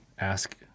ask